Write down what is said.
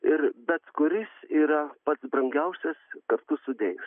ir bet kuris yra pats brangiausias kartu sudėjus